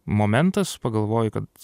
momentas pagalvoji kad